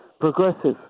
progressive